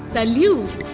Salute